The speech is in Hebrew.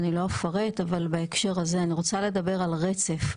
אני לא אפרט אבל בהקשר הזה אני רוצה לדבר על רצף,